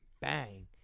Bang